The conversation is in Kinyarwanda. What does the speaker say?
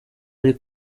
ari